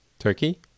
Turkey